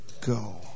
go